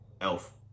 Elf